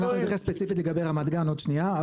אנחנו נתייחס ספציפית לגבי רמת גן עוד שנייה.